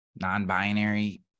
non-binary